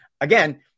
Again